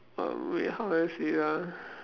um wait how do I say it ah